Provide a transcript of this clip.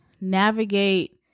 navigate